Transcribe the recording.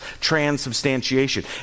transubstantiation